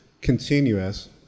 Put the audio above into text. continuous